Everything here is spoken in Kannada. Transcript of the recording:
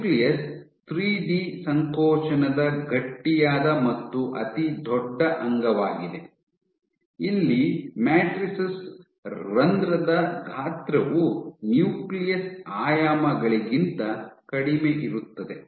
ನ್ಯೂಕ್ಲಿಯಸ್ ಥ್ರೀಡಿ ಸಂಕೋಚನದ ಗಟ್ಟಿಯಾದ ಮತ್ತು ಅತಿದೊಡ್ಡ ಅಂಗವಾಗಿದೆ ಇಲ್ಲಿ ಮ್ಯಾಟ್ರಿಸಸ್ ರಂಧ್ರದ ಗಾತ್ರವು ನ್ಯೂಕ್ಲಿಯಸ್ ಆಯಾಮಗಳಿಗಿಂತ ಕಡಿಮೆಯಿರುತ್ತದೆ